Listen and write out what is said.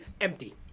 empty